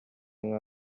nka